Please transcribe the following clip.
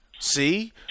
see